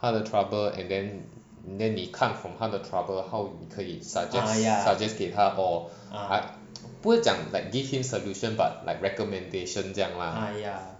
他的 trouble and then 你看 from 他的 trouble how 你可以 suggest suggest 给他 or 不是讲 like give him solution but like recommendation 这样啦